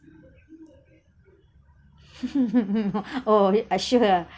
oh I show her ah